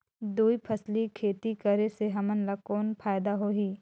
दुई फसली खेती करे से हमन ला कौन फायदा होही?